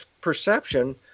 perception